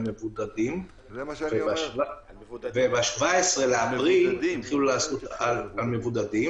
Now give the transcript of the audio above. מבודדים וב-17 באפריל התחילו על החולים,